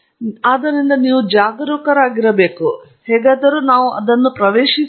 ಆದ್ದರಿಂದ ನೀವು ಜಾಗರೂಕರಾಗಿರಬೇಕು ಹೇಗಾದರೂ ನಾವು ಅದನ್ನು ಪ್ರವೇಶಿಸುವುದಿಲ್ಲ